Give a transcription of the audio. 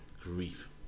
grief